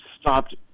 stopped